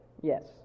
Yes